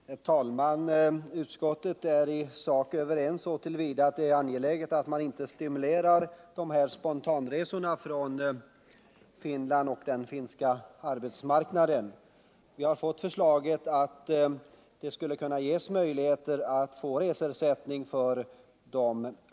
Herr talman! Utskottsledamöterna är i sak överens. Vi är eniga så till vida att vi anser det angeläget att inte stimulera spontana resor till Sverige från Finland och den finländska arbetsmarknaden. Det föreliggande förslaget innebär att det skulle bli möjligt för arbetssökande att få reseersättning.